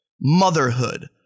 Motherhood